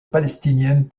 palestinienne